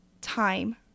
time